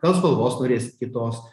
gal spalvos norėsit kitos